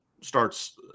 starts